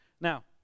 Now